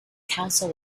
counsel